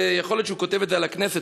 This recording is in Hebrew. יכול להיות שהוא כותב את זה על הכנסת.